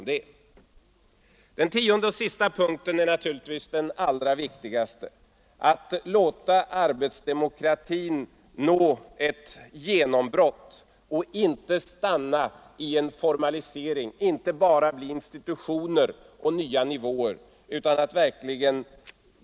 Den tionde och sista punkten är naturligtvis den allra viktigaste, nämligen att låta arbetsdemokratin nå ett genombrott, inte låta den stanna i en formalisering, inte låta den bara bli institutioner och nya nivåer.